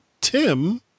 Tim